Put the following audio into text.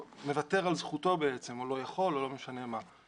מוותר על זכותו או לא יכול או שהוא בבידוד